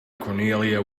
cornelia